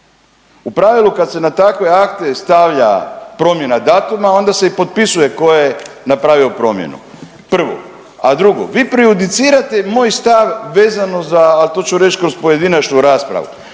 U pravilu kada se na takve akte stavlja promjena datuma, onda se i potpisuje tko je napravio promjenu, prvo. A drugo, vi prejudicirate moj stav vezano za, a to ću reći kroz pojedinačnu raspravu,